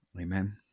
Amen